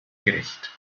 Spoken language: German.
gerecht